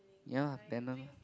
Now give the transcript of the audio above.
ya tannin